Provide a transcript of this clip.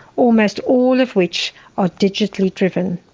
almost all of which are digitally driven.